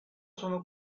sono